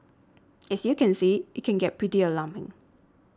as you can see it can get pretty alarming